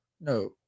No